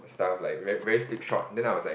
stuff like very very slipshod then I was like